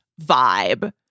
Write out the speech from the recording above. vibe